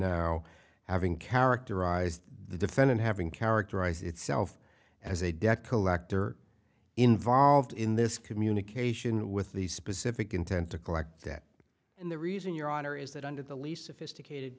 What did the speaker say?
now having characterized the defendant having characterize itself as a debt collector involved in this communication with these specific intent to collect that and the reason your honor is that under the least sophisticated